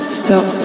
stop